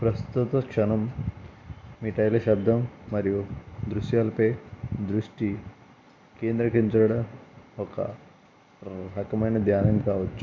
ప్రస్తుత క్షణం మీ తైల శబ్దం మరియు దృశ్యాలపై దృష్టి కేంద్రీకరించడ ఒక రకమైన ధ్యానం కావచ్చు